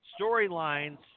storylines